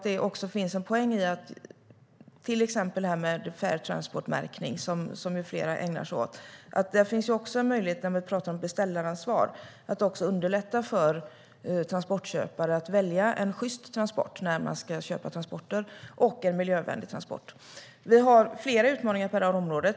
Det finns en poäng i till exempel märkningen Fair Transport, som flera ägnar sig åt. Där finns en möjlighet när vi talar om beställaransvar att underlätta för transportköpare att välja en sjyst transport och miljövänlig transport. Vi har flera utmaningar på området.